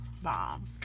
bomb